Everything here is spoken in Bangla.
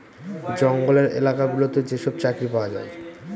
জঙ্গলের এলাকা গুলোতে যেসব চাকরি পাওয়া যায়